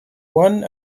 one